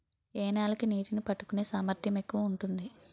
ఏ నేల కి నీటినీ పట్టుకునే సామర్థ్యం ఎక్కువ ఉంటుంది?